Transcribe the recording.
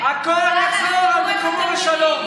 הכול יחזור על